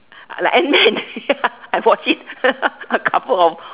like and then ya I watch it a couple of